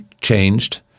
changed